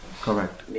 correct